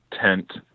tent